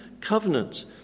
covenant